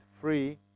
free